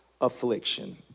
affliction